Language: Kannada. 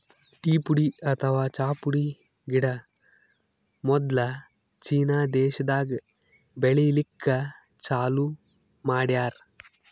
ಟೀ ಪುಡಿ ಅಥವಾ ಚಾ ಪುಡಿ ಗಿಡ ಮೊದ್ಲ ಚೀನಾ ದೇಶಾದಾಗ್ ಬೆಳಿಲಿಕ್ಕ್ ಚಾಲೂ ಮಾಡ್ಯಾರ್